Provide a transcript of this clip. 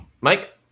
Mike